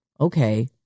okay